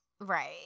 Right